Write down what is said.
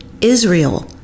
Israel